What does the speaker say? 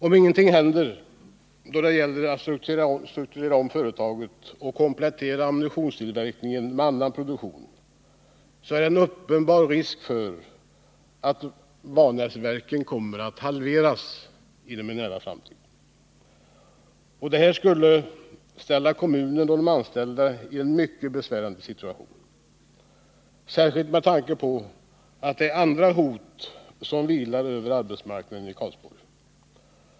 Om ingenting händer då det gäller att strukturera om företaget och komplettera ammunitionstillverkningen med annan produktion, föreligger en uppenbar risk för att arbetsstyrkan vid Vanäsverken inom en nära framtid kommer att halveras. Detta skulle ställa kommunen och de anställda i en mycket besvärlig situation, särskilt med tanke på de andra hot som vilar över arbetsmarknaden i Karlsborg.